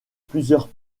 plusieurs